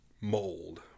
mold